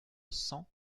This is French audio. cent